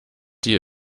die